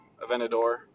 Aventador